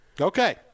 Okay